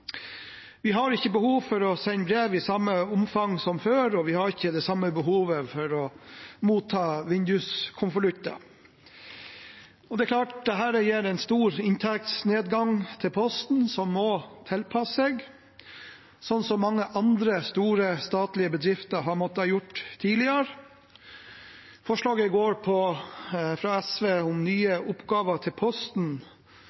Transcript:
Vi har ikke behov for å sende brev i samme omfang som før, og vi har ikke det samme behovet for å motta vinduskonvolutter. Det er klart at dette gir en stor inntektsnedgang for Posten, som må tilpasse seg, slik som mange andre store statlige bedrifter har måttet gjøre tidligere. Forslaget fra SV går på